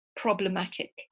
problematic